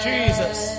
Jesus